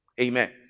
Amen